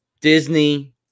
Disney